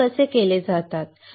बयान कसे केले जाते